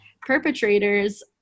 perpetrators